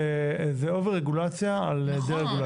זה אובר רגולציה על דה רגולציה.